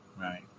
right